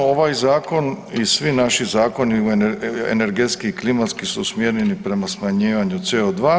Jasno ovaj zakon i svi naši zakoni u energetski i klimatski su usmjereni prema smanjivanju CO2.